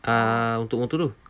uh untuk motor tu